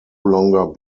longer